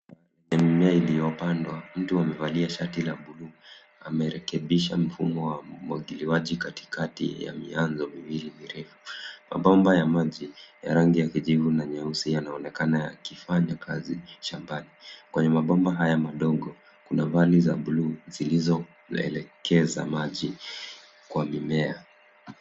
Eneo iliyopandwa. Mtu amevalia shati la buluu. Amerekebisha mfumo wa umwagiliaji katikati ya mianzo vilivyo virefu. Mabomba ya maji ya rangi ya kijivu na nyeusi yanaonekana yakifanya kazi shambani. Kwenye mabomba haya madogo, kuna vani za buluu zilizoelekeza maji kwa mimea.